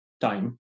time